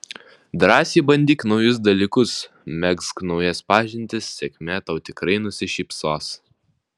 drąsiai bandyk naujus dalykus megzk naujas pažintis sėkmė tau tikrai nusišypsos